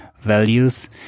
values